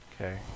Okay